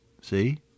see